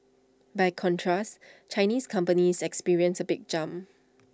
by contrast Chinese companies experienced A big jump